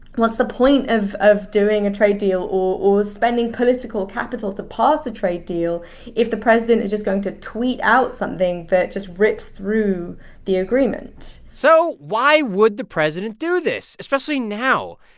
what's the point of of doing a trade deal or or spending political capital to pass a trade deal if the president is just going to tweet out something that just rips through the agreement? so why would the president do this, especially now?